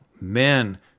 Men